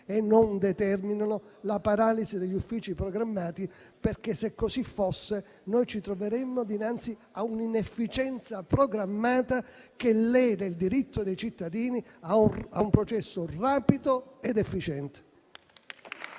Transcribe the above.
e non determinino la paralisi degli uffici programmati. Se così fosse, noi ci troveremmo dinanzi a una inefficienza programmata, che lede il diritto dei cittadini ad un processo rapido ed efficiente.